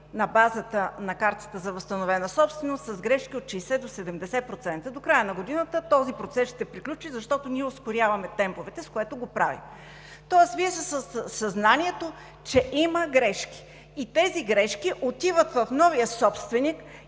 на базата на картата на възстановената собственост с грешки от 60 до 70%. До края на годината този процес ще приключи, защото ние ускоряваме темповете, с които го правим. Тоест Вие със съзнанието, че има грешки, които отиват в новия собственик